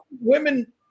women